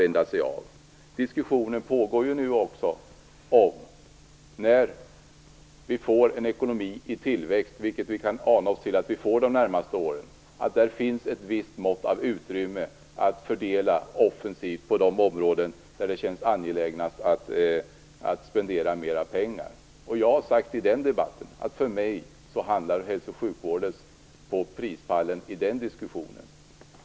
Vi kan nu ana oss till att vi de närmaste åren får en ekonomi i tillväxt, där det finns ett visst mått av utrymme att fördela offensivt på de områden där det känns angelägnast att spendera mer pengar. Jag har i den debatten sagt att hälso och sjukvården då i min prioritering hamnar högst på prispallen.